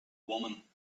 woman